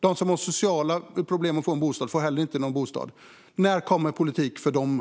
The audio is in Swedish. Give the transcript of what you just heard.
De som har sociala problem får heller ingen bostad. När kommer politik för dessa?